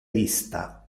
lista